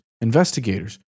investigators